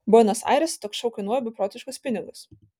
buenos airėse toks šou kainuoja beprotiškus pinigus